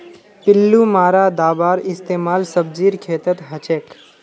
पिल्लू मारा दाबार इस्तेमाल सब्जीर खेतत हछेक